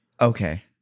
Okay